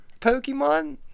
Pokemon